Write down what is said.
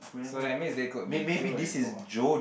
so that means they could be Joe and Paul